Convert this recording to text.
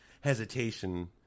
hesitation